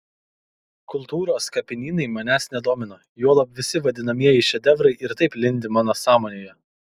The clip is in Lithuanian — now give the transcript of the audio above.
kultūros kapinynai manęs nedomina juolab visi vadinamieji šedevrai ir taip lindi mano sąmonėje